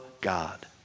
God